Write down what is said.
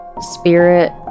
spirit